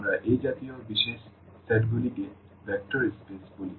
আমরা এই জাতীয় বিশেষ সেটগুলোকে ভেক্টর স্পেস বলি